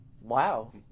Wow